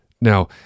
Now